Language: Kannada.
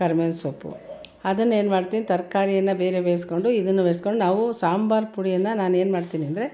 ಕರ್ಬೇವಿನ ಸೊಪ್ಪು ಅದನ್ನ ಏನು ಮಾಡ್ತೀನಿ ತರಕಾರಿನ ಬೇರೆ ಬೇಯಿಸ್ಕೊಂಡು ಇದನ್ನು ಬೇಯ್ಸ್ಕೊಂಡು ನಾವು ಸಾಂಬಾರು ಪುಡಿಯನ್ನು ನಾನೇನು ಮಾಡ್ತೀನಿ ಅಂದರೆ